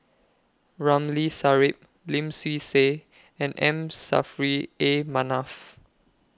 Ramli Sarip Lim Swee Say and M Saffri A Manaf